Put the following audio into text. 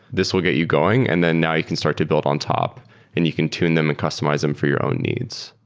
this will get you going, and then now you can start to build on top and you can tune them and customize them for your own needs.